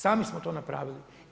Sami smo to napravili.